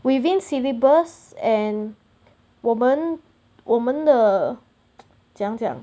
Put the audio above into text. within syllabus and 我们我们的怎样讲